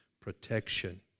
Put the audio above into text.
protection